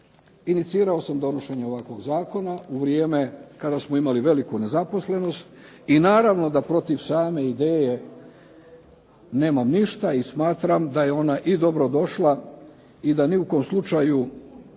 inicirao sam donošenje ovakvog zakona u vrijeme kada smo imali veliku nezaposlenost i naravno protiv same ideje nemam ništa i smatram da je ona i dobro došla i da ni u kom slučaju